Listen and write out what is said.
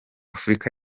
afrika